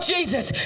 Jesus